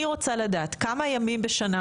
אני רוצה לדעת כמה ימים בשנה